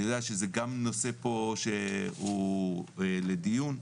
אני יודע שזה גם נושא שהוא לדיון פה,